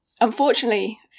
unfortunately